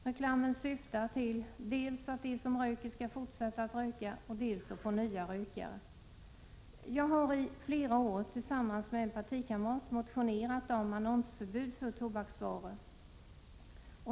Reklamen syftar dels till att de som röker skall fortsätta att röka, dels till att man skall få nya rökare. Jag har i flera år tillsammans med en partikamrat motionerat om annonsförbud för tobaksvaror.